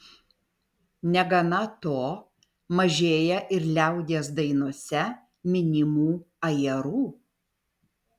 negana to mažėja ir liaudies dainose minimų ajerų